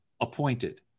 appointed